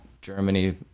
Germany